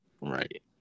right